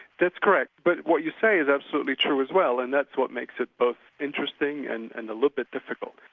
that's correct. but what you say is absolutely true as well, and that's what makes it both interesting and and a little bit difficult.